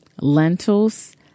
lentils